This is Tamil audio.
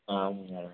ஆ ஆமாம் மேடம்